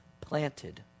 planted